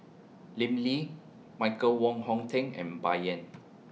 Lim Lee Michael Wong Hong Teng and Bai Yan